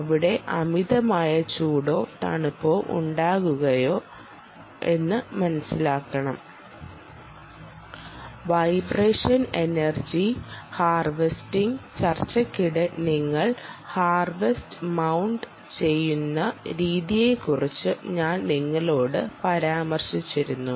അവിടെ അമിതമായ ചൂടോ തണുപ്പോ ഉണ്ടാകുമോ എന്ന് മനസ്സിലാക്കണം വൈബ്രേഷൻ എനർജി ഹാർവേസ്റിംഗ് ചർച്ചയ്ക്കിടെ നിങ്ങൾ ഹാർവെസ്റ്റർ മൌണ്ട് ചെയ്യുന്ന രീതിയെക്കുറിച്ച് ഞാൻ നിങ്ങളോട് പരാമർശിച്ചിരുന്നു